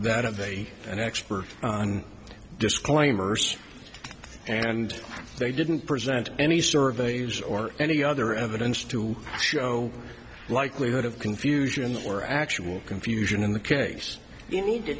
that of a an expert on disclaimers and they didn't present any surveys or any other evidence to show likelihood of confusion or actual confusion in the case you need to